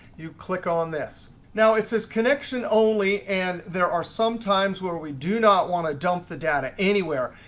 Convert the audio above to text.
you click on this. now it says connection only. and there are some times where we do not want to dump the data anywhere.